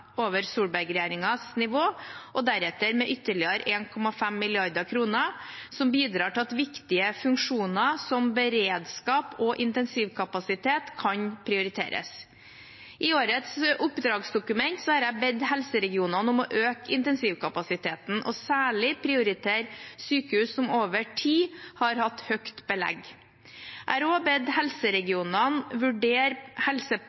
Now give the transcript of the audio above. over Solberg-regjeringens nivå, og deretter med ytterligere 1,5 mrd. kr, noe som bidrar til at viktige funksjoner som beredskap og intensivkapasitet kan prioriteres. I årets oppdragsdokument har jeg bedt helseregionene om å øke intensivkapasiteten og særlig prioritere sykehus som over tid har hatt høyt belegg. Jeg